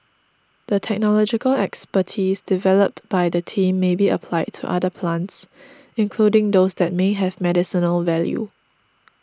the technological expertise developed by the team may be applied to other plants including those that may have medicinal value